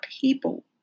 people